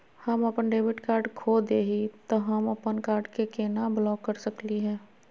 हम अपन debit card खो दे ही, त हम अप्पन कार्ड के केना ब्लॉक कर सकली हे?